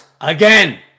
again